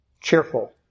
cheerful